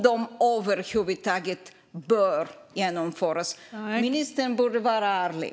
Det är skillnad. Ministern borde vara ärlig.